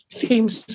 themes